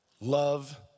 Love